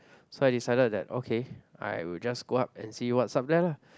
so I decided that okay I would just go up and see what's up there lah